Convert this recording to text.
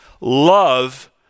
love